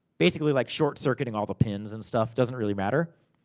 basically like short circuiting all the pins, and stuff, doesn't really matter.